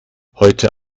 heute